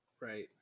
right